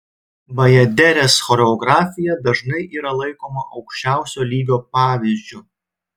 bajaderės choreografija dažnai yra laikoma aukščiausio lygio pavyzdžiu